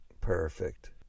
Perfect